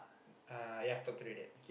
uh yeah talk to the dad